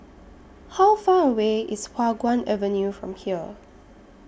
How Far away IS Hua Guan Avenue from here